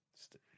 stay